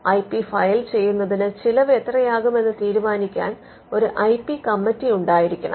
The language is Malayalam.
ഐ പി ഫയൽ ചെയ്യുന്നതിന് ചിലവ് എത്രയാകും എന്ന് തീരുമാനിക്കാൻ ഒരു ഐ പി കമ്മിറ്റി ഉണ്ടായിരിക്കണം